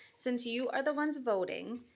since you you are the ones voting,